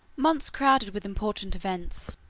months crowded with important events,